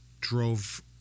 drove